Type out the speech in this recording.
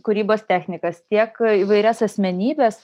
kūrybos technikas tiek įvairias asmenybes